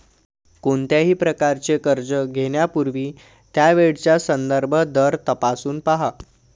कोणत्याही प्रकारचे कर्ज घेण्यापूर्वी त्यावेळचा संदर्भ दर तपासून पहा